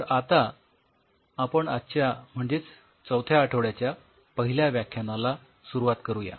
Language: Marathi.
तर आता आपण आजच्या म्हणजेच चौथ्या आठवड्याच्या पहिल्या व्याख्यानाला सुरुवात करूया